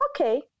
okay